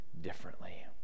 differently